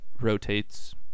rotates